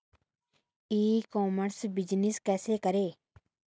ई commerce business कैसे करें?